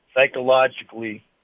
psychologically